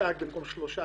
נשק במקום שלושה,